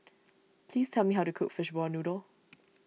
please tell me how to cook Fishball Noodle